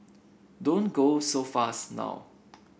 don't go so fast now